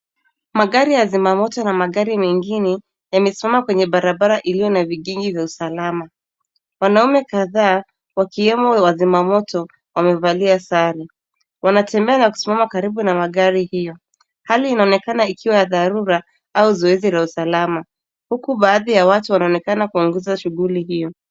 Magari ya Zima moto na magari mengine yamesimama kwenye barabara iliyo na vigigi vya usalama, wanaume kadhaa wakiwemo wa Zima moto wamevalia sana wanatembea na kusimama karibu na magari hiyo hali inaonekana ikiwa ya dharura au zoezi la usalama huku baadhi ya watu wanaonekana kuangusha shughuli hiyo.